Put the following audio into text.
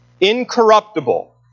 incorruptible